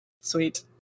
Sweet